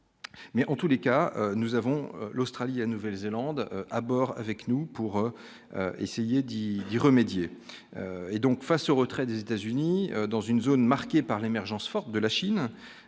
Mais en tous les cas, nous avons l'Australie, la Nouvelle-Zélande à bord avec nous pour essayer d'y d'y remédier et donc face au retrait des États-Unis dans une zone marquée par l'émergence forte de la Chine,